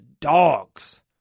dogs